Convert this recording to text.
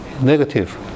Negative